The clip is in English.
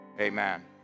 Amen